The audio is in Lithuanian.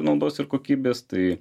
naudos ir kokybės tai